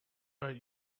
but